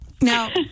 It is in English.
now